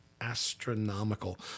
astronomical